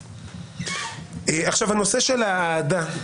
הנושא של ההעדה,